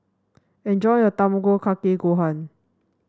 enjoy your Tamago Kake Gohan